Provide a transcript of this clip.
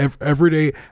everyday